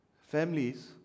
Families